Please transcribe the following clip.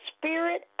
Spirit